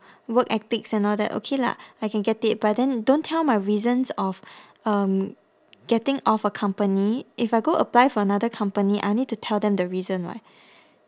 work ethics and all that okay lah I can get it but then don't tell my reasons of um getting off a company if I go apply for another company I need to tell them the reason [what]